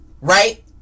right